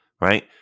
right